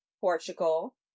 Portugal